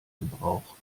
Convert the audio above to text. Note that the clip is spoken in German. gebrauch